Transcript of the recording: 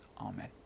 Amen